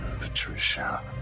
Patricia